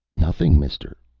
nothing, mister.